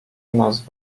nas